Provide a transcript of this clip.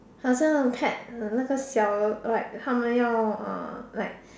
好像那种 pack 的那个小 like 豪美唷 uh like